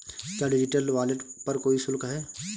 क्या digital wallet पर कोई शुल्क है?